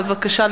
בבקשה,